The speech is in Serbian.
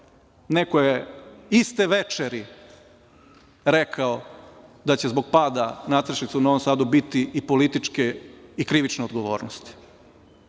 neko je iste večeri rekao da će zbog pada nastrešnice u Novom Sadu biti i političke i krivične odgovornosti.